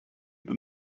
that